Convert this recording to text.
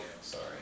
sorry